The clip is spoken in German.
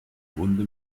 wunde